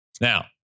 Now